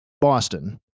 Boston